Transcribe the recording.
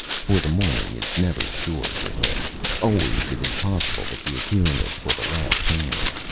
for the morning is never sure, for him always it is possible that he is hearing it for the last time.